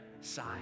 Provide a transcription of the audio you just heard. side